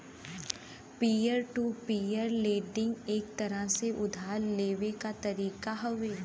peer to peer lending एक तरह से उधार लेवे क तरीका हउवे